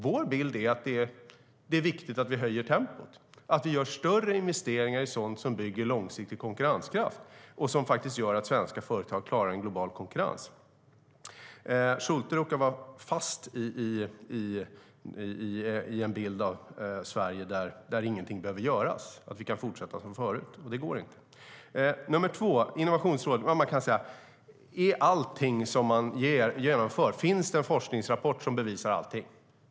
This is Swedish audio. Vår bild är att det är viktigt att vi höjer tempot och gör större investeringar i sådant som bygger långsiktig konkurrenskraft och som gör att svenska företag klarar en global konkurrens. Schulte råkar vara fast i bilden att ingenting behöver göras i Sverige, att vi kan fortsätta som förut. Men det går inte. Jag vill också bemöta det Fredrik Schulte säger om Innovationsrådet. Finns det alltid en forskningsrapport som bevisar att det man genomför är bra?